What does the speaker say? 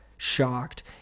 Shocked